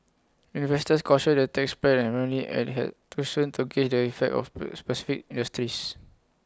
investors cautioned the tax plan preliminary and has too soon to gauge the effect of per specific industries